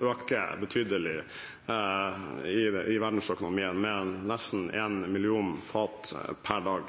øker betydelig i verdensøkonomien, med nesten 1 million fat per dag.